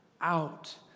out